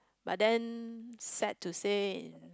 but then sad to say